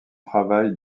travail